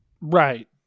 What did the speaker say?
Right